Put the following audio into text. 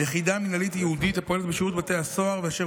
יחידה מינהלית ייעודית הפועלת בשירות בתי הסוהר אשר